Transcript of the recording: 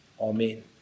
Amen